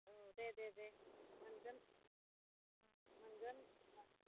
औ दे दे दे मोनगोन मोनगोन औ